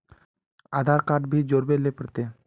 आधार card भी जोरबे ले पड़ते?